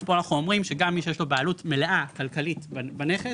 אז פה אנחנו אומרים שגם מי שיש לו בעלות מלאה כלכלית בנכס